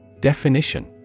Definition